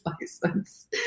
license